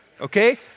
Okay